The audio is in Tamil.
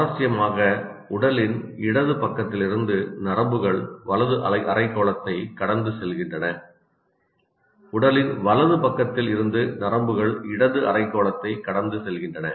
சுவாரஸ்யமாக உடலின் இடது பக்கத்திலிருந்து நரம்புகள் வலது அரைக்கோளத்தை கடந்து செல்கின்றன உடலின் வலது பக்கத்தில் இருந்து நரம்புகள் இடது அரைக்கோளத்தை கடந்து செல்கின்றன